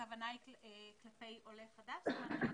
הכוונה היא כלפי עולה חדש או בכלל?